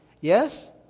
Yes